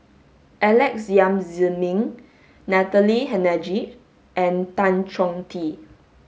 Alex Yam Ziming Natalie Hennedige and Tan Chong Tee